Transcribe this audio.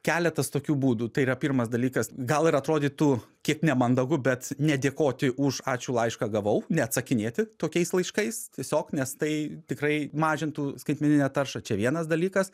keletas tokių būdų tai yra pirmas dalykas gal ir atrodytų kiek nemandagu bet nedėkoti už ačiū laišką gavau neatsakinėti tokiais laiškais tiesiog nes tai tikrai mažintų skaitmeninę taršą čia vienas dalykas